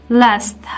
last